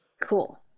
Cool